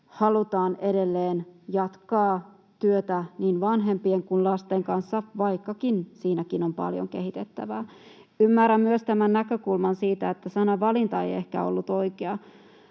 halutaan edelleen jatkaa työtä niin vanhempien kuin lasten kanssa, vaikkakin siinäkin on paljon kehitettävää. Ymmärrän myös tämän näkökulman siitä, että sanavalinta ei ehkä ollut oikea